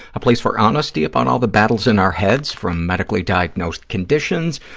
a place for honesty about all the battles in our heads, from medically diagnosed conditions,